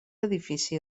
edifici